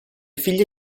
figlie